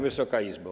Wysoka Izbo!